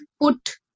put